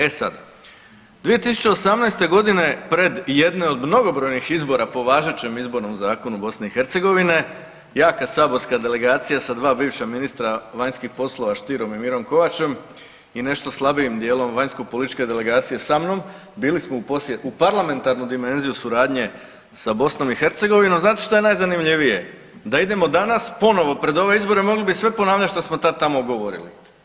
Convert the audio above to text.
E sad, 2018. godine pred jedne od mnogobrojnih izbora po važećem izbornom zakonu BiH jaka saborska delegacija sa 2 bivša ministra vanjskih poslova Stierom i Mirom Kovačem i nešto slabijim dijelom vanjskopolitičke delegacije sa mnom bili smo u posjetu, u parlamentarnu dimenziju suradnje sa BiH i znate šta je najzanimljivije da idemo danas ponovo pred ove izbore, mogli bi sve ponavljati šta smo tad tamo govorili.